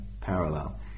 parallel